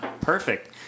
perfect